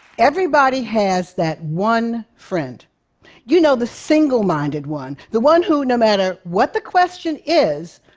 everybody has that one friend you know, the single-minded one, the one who, no matter what the question is,